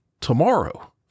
tomorrow